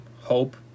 hope